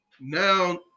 now